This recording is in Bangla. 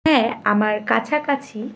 হ্যাঁ আমার কাছাকাছি